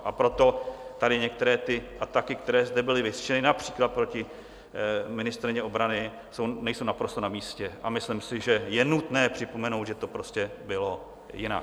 A proto tady některé ty ataky, které zde byly vyřčeny například proti ministryni obrany, nejsou naprosto namístě a myslím si, že je nutné připomenout, že to prostě bylo jinak.